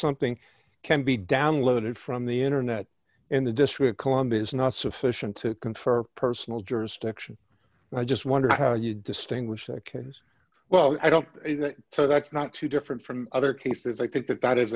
something can be downloaded from the internet in the district columbia is not sufficient to confer personal jurisdiction i just wonder how you distinguish kids well i don't see that so that's not too different from other cases i think that that is